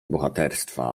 bohaterstwa